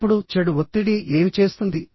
ఇప్పుడు చెడు ఒత్తిడి ఏమి చేస్తుంది